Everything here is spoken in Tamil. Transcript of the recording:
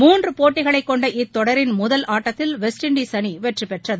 மூன்று போட்டிகளை கொண்ட இத்தொடரின் முதல் ஆட்டத்தில் வெஸ்ட்இண்டீஸ் அணி வெற்றி பெற்றது